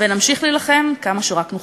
ונמשיך להילחם כמה שרק נוכל.